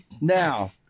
now